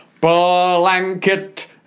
Blanket